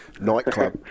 Nightclub